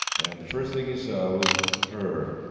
and the first thing he saw was her.